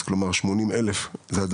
כלומר 80,000 דירות להשכרה לטווח ארוך,